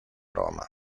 roma